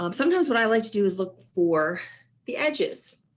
um sometimes what i like to do is look for the edges.